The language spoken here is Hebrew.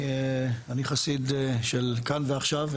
אני חסיד של כאן ועכשיו,